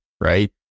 right